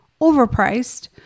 overpriced